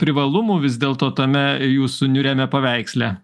privalumų vis dėlto tame jūsų niūriame paveiksle